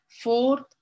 fourth